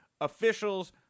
officials